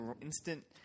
instant